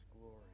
glory